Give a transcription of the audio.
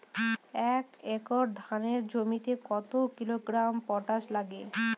এক একর ধানের জমিতে কত কিলোগ্রাম পটাশ লাগে?